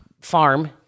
farm